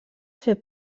fer